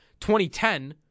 2010